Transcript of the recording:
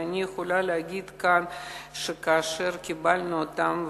ואני יכולה להגיד כאן שכאשר קיבלנו אותן,